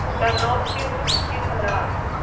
than objects of his love,